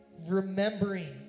remembering